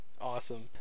awesome